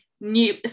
new –